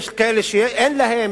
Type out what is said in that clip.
יש כאלה שאין להם,